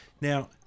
Now